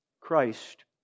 Christ